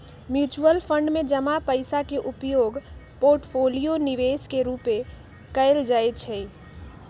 mutual fund में जमा पइसा के उपयोग पोर्टफोलियो निवेश के रूपे कएल जाइ छइ